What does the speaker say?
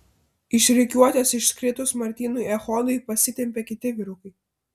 iš rikiuotės iškritus martynui echodui pasitempė kiti vyrukai